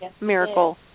miracle